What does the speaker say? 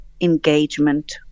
engagement